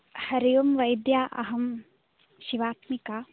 हरि ओम् वैद्या अहं शिवात्मिका